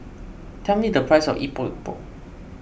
tell me the price of Epok Epok